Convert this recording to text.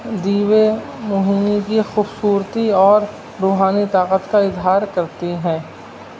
دیوے کی خوبصورتی اور روحانی طاقت کا اظہار کرتی ہیں